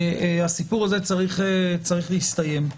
זה צריך להסתיים.